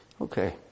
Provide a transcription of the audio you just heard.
Okay